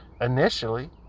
initially